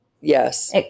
Yes